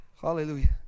Hallelujah